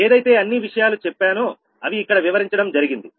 ఏదైతే అన్ని విషయాలు చెప్పాను అవి ఇక్కడ వివరించడం జరిగింది